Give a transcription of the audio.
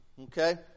okay